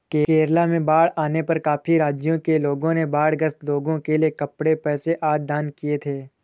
केरला में बाढ़ आने पर काफी राज्यों के लोगों ने बाढ़ ग्रस्त लोगों के लिए कपड़े, पैसे आदि दान किए थे